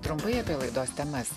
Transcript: trumpai apie laidos temas